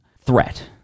threat